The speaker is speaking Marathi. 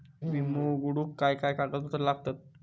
विमो उघडूक काय काय कागदपत्र लागतत?